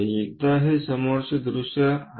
एकदा हे समोरचे दृश्य आहे